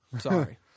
Sorry